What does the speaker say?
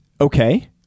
okay